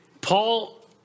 Paul